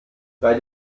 bei